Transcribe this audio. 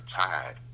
tide